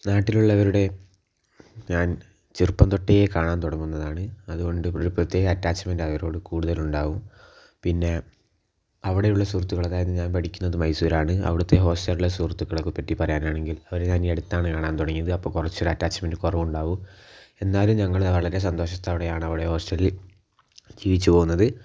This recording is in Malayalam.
നാട്ടിലുള്ളവരുടെ ഞാൻ ചെറുപ്പം തൊട്ടേ കാണാൻ തുടങ്ങുന്നതാണ് അതുകൊണ്ട് ഒരു പ്രത്യേക അറ്റാച്ച്മെൻ്റാണ് അവരോട് കൂടുതലുണ്ടാവും പിന്നെ അവിടെയുള്ള സുഹൃത്തുക്കളുടെ കാര്യം ഞാൻ പഠിക്കുന്നത് മൈസൂരാണ് അവിടുത്തെ ഹോസ്റ്റലിലെ സുഹൃത്തുക്കളെപ്പറ്റി പറയാൻ ആണെങ്കിൽ അവരെ ഞാൻ ഈ അടുത്താണ് കാണാൻ തുടങ്ങിയത് അപ്പോൾ കുറച്ച് ഒരു അറ്റാച്ച്മെൻ്റ് കുറവുണ്ടാവും എന്നാലും ഞങ്ങൾ വളരെ സന്തോഷത്തോടെയാണ് അവിടെ ഹോസ്റ്റലിൽ ജീവിച്ചു പോവുന്നത്